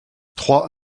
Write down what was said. trois